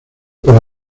para